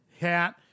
hat